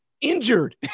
injured